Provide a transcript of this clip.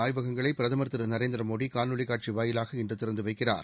ஆய்வகங்களைபிரதமர் திருநரேந்திரமோடிகாணொலிகாட்சிவாயிலாக இன்றுதிறந்துவைக்கிறார்